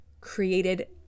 created